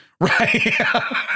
Right